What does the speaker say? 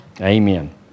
amen